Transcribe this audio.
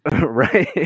Right